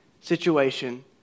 situation